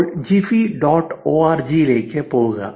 ഇപ്പോൾ Giphy dot O R G ലേക്ക് പോകുക